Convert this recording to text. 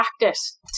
practice